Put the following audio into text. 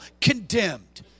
condemned